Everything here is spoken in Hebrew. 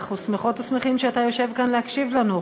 אנחנו שמחות ושמחים שאתה יושב כאן להקשיב לנו.